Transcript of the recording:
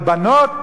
אבל בנות?